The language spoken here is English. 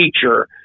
teacher